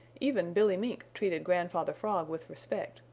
even billy mink treated grandfather frog with respect,